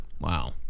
Wow